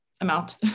amount